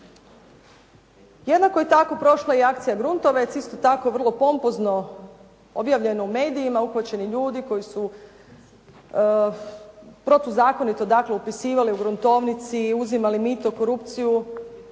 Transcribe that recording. Jednako je tako prošla i akcija "Gruntovec", isto tako vrlo pompozno objavljeno u medijima, uhvaćeni ljudi koji su protuzakonito dakle upisivali u gruntovnici, uzimali mito i korupciju